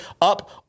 up